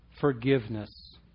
forgiveness